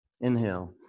inhale